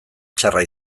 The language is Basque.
txarra